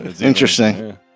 interesting